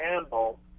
handle